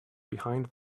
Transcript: behind